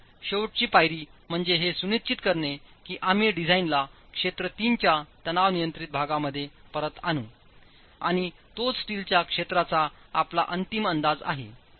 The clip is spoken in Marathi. तर शेवटची पायरी म्हणजे हे सुनिश्चित करणे की आम्ही डिझाईनला क्षेत्र 3 च्या तणाव नियंत्रित भागामध्ये परत आणू आणि तोच स्टीलच्या क्षेत्राचा आपला अंतिम अंदाज आहे